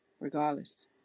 regardless